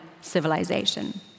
civilization